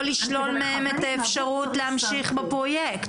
משרד החקלאות יכול לשלול מהם את האפשרות להמשיך בפרויקט.